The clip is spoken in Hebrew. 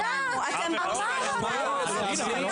אתה המיעוט שקורע את הרוב.